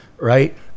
right